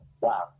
Wow